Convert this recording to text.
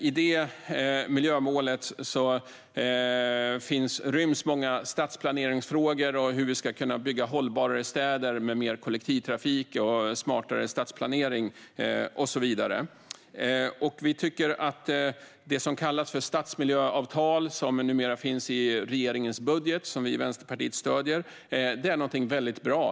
I det miljömålet ryms många stadsplaneringsfrågor och frågor om hur vi ska kunna bygga hållbarare städer med mer kollektivtrafik, smartare stadsplanering och så vidare. Vi tycker att det som kallas för stadsmiljöavtal, som numera finns i regeringens budget som vi i Vänsterpartiet stöder, är något väldigt bra.